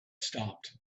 stopped